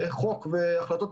כרגע אנחנו